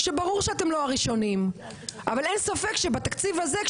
ברור שאתם לא הראשונים אבל אין ספק שבתקציב הזה,